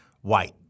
white